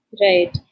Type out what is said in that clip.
right